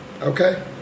Okay